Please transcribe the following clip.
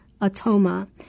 Atoma